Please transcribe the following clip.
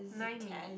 nine minute